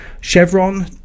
Chevron